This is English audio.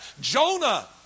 Jonah